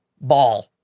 Ball